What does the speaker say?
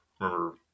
remember